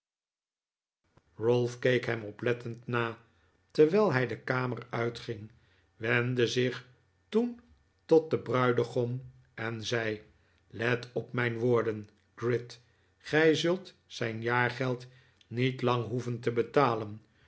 ralph keek hem oplettend na terwijl hij de kamer uitging wendde zich toen tot den bruidegom en zei let op mijn woorden gride gij zult zijn jaargeld niet lang hoeven te betalen